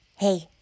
Hey